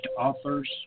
authors